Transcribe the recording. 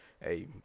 Hey